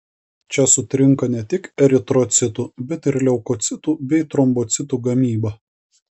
čia sutrinka ne tik eritrocitų bet ir leukocitų bei trombocitų gamyba